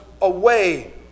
away